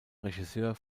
regisseur